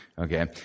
Okay